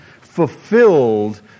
fulfilled